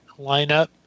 lineup